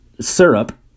syrup